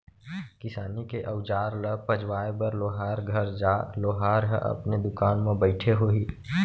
किसानी के अउजार ल पजवाए बर लोहार घर जा, लोहार ह अपने दुकान म बइठे होही